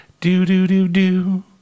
Do-do-do-do